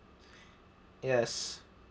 yes